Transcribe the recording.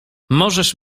możesz